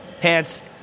pants